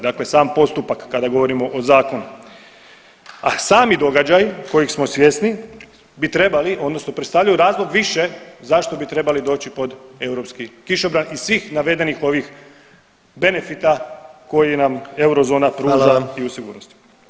Znači sam postupak kada govorimo o zakonu, a sami događaji kojeg smo svjesni bi trebali, odnosno predstavljaju razlog više zašto bi trebali doći pod europski kišobran iz svih navedenih ovih benefita koji nam euro zona pruža i u sigurnosti.